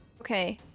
Okay